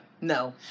No